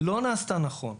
לא נעשתה נכון,